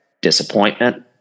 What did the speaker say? disappointment